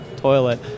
toilet